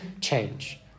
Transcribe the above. change